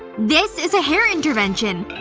this is a hair intervention.